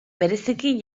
bereziki